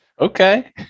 okay